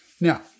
Now